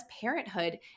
parenthood